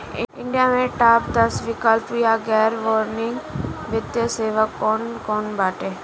India में top दस वैकल्पिक या गैर बैंकिंग वित्तीय सेवाएं कौन कोन बाटे?